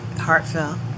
heartfelt